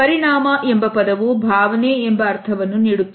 ಪರಿಣಾಮ ಎಂಬ ಪದವು ಭಾವನೆ ಎಂಬ ಅರ್ಥವನ್ನು ನೀಡುತ್ತದೆ